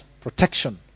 protection